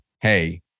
hey